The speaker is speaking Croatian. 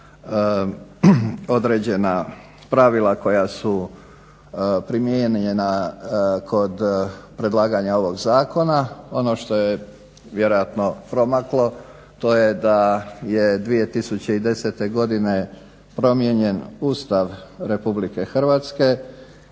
određena pravila koja su primijenjena kod predlaganja ovog zakona. Ono što joj je vjerojatno promaklo, to je da je 2010. godine promijenjen Ustav RH sa